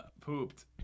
pooped